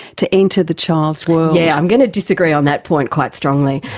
to enter the child's world. yeah, i'm going to disagree on that point quite strongly.